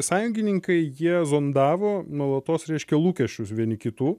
sąjungininkai jie zondavo nuolatos reiškia lūkesčius vieni kitų